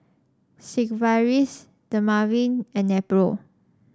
Sigvaris Dermaveen and Nepro